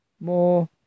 More